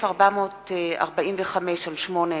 כ/307, פ/1445/18,